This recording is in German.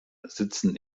sitzen